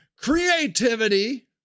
creativity